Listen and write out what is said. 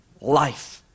life